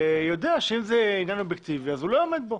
יודע שאם זה עניין אובייקטיבי, הוא לא עומד בו.